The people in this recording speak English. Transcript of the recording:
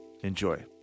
Enjoy